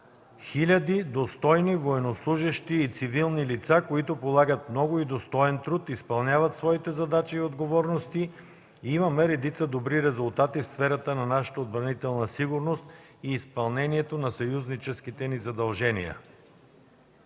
хиляди достойни военнослужещи и цивилни лица, които полагат много и достоен труд, изпълняват своите задачи и отговорности и имаме редица добри резултати в сферата на нашата отбранителна сигурност и изпълнението на съюзническите ни задължения.